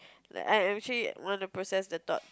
like I actually want to process the thought